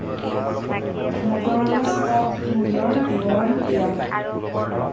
মটোৰ'লাৰ stock মূল্যৰ বিৱৰণ দিয়া